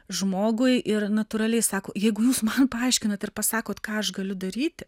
žmogui ir natūraliai sako jeigu jūs man paaiškinat ir pasakot ką aš galiu daryti